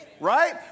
right